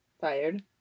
fired